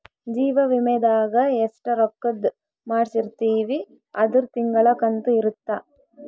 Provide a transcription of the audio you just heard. ಜೀವ ವಿಮೆದಾಗ ಎಸ್ಟ ರೊಕ್ಕಧ್ ಮಾಡ್ಸಿರ್ತಿವಿ ಅದುರ್ ತಿಂಗಳ ಕಂತು ಇರುತ್ತ